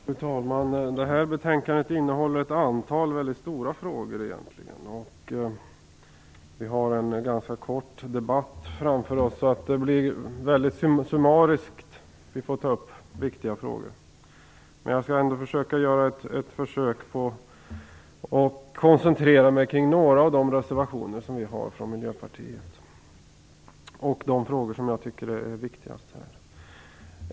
Fru talman! Detta betänkande innehåller egentligen ett antal mycket stora frågor. Men vi har en ganska kort debatt framför oss, så vi får ta upp viktiga frågor mycket summariskt. Jag skall ändå försöka att koncentrera mig på några av Miljöpartiets reservationer och de frågor som jag tycker är viktigast.